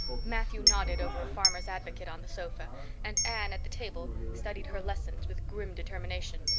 matthew nodded over a farmers' advocate on the sofa and anne at the table studied her lessons with grim determination,